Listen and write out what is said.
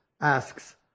asks